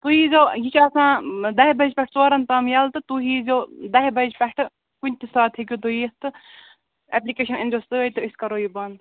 تُہۍ ییٖزیٛو یہِ چھُ آسان دَہہِ بَجہِ پٮ۪ٹھ ژورَن تام یَلہٕ تہٕ تہۍ ییٖزیٛو دَہہِ بَجہِ پٮ۪ٹھہٕ کُنہِ تہِ ساتہٕ ہیٚکِو تُہۍ یِتھ تہٕ ایٚپلِکیشَن أنۍ زیٛو سۭتۍ تہٕ أسۍ کَرو یہِ بنٛد